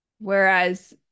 Whereas